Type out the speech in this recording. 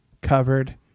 covered